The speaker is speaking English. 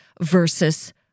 versus